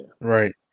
right